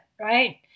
right